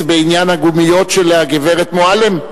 בעניין הגומיות של הגברת מועלם?